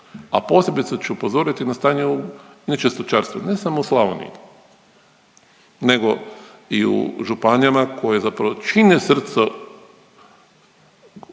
a posebice ću upozoriti na stanje u inače stočarstvu ne samo u Slavoniji nego i u županijama koje zapravo čine srce zapravo